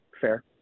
fair